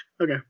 Okay